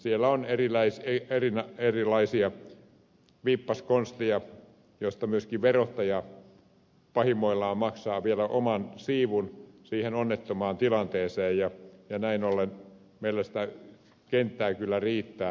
siellä on erilaisia vippaskonsteja joista myöskin verottaja pahimmillaan maksaa vielä oman siivun siihen onnettomaan tilanteeseen ja näin ollen meillä kyllä sitä kenttää riittää